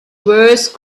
worst